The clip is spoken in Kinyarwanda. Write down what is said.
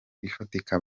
ifatika